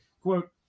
quote